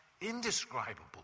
indescribable